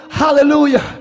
hallelujah